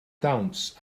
dawns